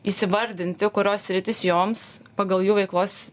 įsivardinti kurios sritys joms pagal jų veiklos